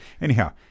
anyhow